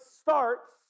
starts